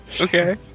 Okay